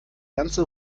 ganze